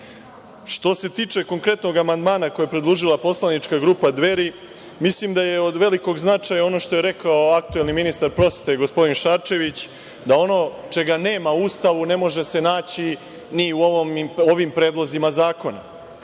se tiče konkretnog amandmana koji je predložila Poslanička grupa Dveri, mislim da je od velikog značaja ono što je rekao aktuelni ministar prosvete, gospodin Šarčević, da ono čega nema u Ustavu, ne može se naći ni u ovim predlozima zakona.